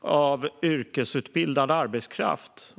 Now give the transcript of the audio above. av yrkesutbildad arbetskraft.